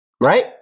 Right